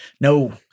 no